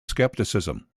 skepticism